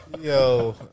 Yo